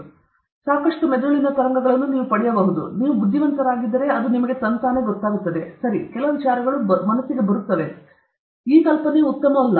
ನೀವು ಸಾಕಷ್ಟು ಮೆದುಳಿನ ತರಂಗಗಳನ್ನು ಪಡೆಯಬಹುದು ಆದರೆ ನೀವು ಬುದ್ಧಿವಂತರಾಗಿದ್ದರೆ ಅದು ನಿಮಗೆ ಗೊತ್ತಾಗುತ್ತದೆ ಸರಿ ಕೆಲವು ವಿಚಾರಗಳು ಬರುತ್ತವೆ ಈ ಕಲ್ಪನೆಯು ಉತ್ತಮವಲ್ಲ